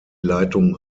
leitung